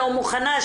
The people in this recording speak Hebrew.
לא מוכנה,